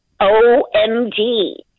OMG